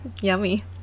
yummy